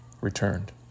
returned